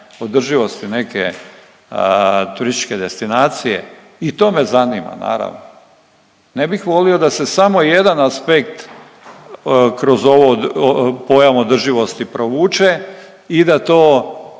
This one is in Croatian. održivosti neke turističke destinacija, i to me zanima naravno. Ne bih volio da se samo jedan aspekt kroz pojam održivosti provuče i da to